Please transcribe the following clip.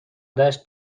دشت